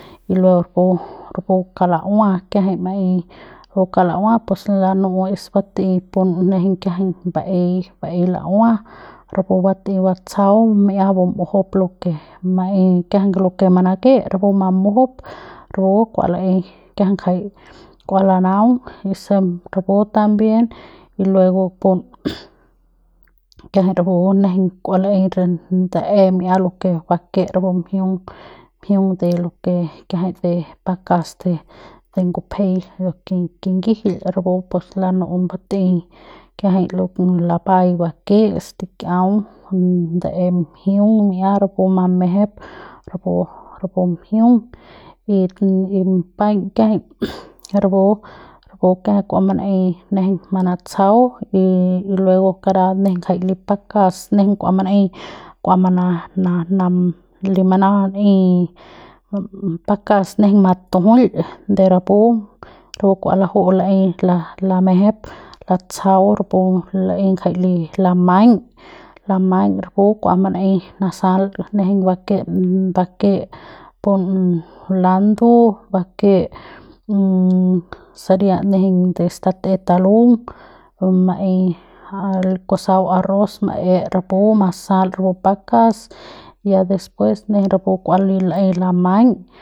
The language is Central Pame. Y luego rapu rapu kala'ua kiajai maei rapu kala'ua pues lanu'u es bat'ei pun nejeiñ kiajai baei baie la'ua rapu bat'ei batsjau rapu bat'ei batsjau mi'ia bum'ujup lo ke maei kiajai lo ke manake rapu mamujup rapu kua lei kiajai ngjai kua lanaung y si rapu también y luego pun kiajai rapu nejeiñ kua laei ndae mi'ia lo ke bake rapu mjiung mjoung de lo ke kiajai de pakas de de ngupjei de kingijil rapu pus lanu'u batei kiajai lo lapai bake stikiau ndae mjiung mi'ia rapu mamejep rapu rapu mjiung y ri paiñ kiajai rapu kua manaei nejeiñ manatsjau y luego kara nejeiñ ngjai li pakas nejeiñ kua manaei kua ma na na ne mana lem manei pakas nejeiñ matujuil de rapu rapu kua laju'u manaei la lamejep latsjau rapu laei jai li lamaiñ lamaiñ rapu kua manaei nasal nejeiñ bake ndake pun nandu bake saria nejeiñ de state talung o maei al kusau arroz mae rapu masal rapu pakas y ya después nejeiñ rapu kua laei lamaiñ.